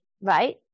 Right